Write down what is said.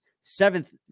seventh